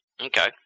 Okay